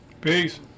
Peace